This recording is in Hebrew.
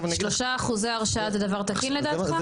3% הרשעה זה דבר תקין לדעתך?